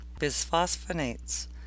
Bisphosphonates